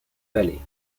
vallée